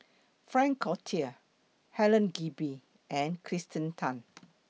Frank Cloutier Helen Gilbey and Kirsten Tan